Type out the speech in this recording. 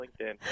LinkedIn